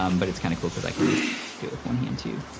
um but it's kinda cool cause i can do it with one hand, too.